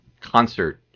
concert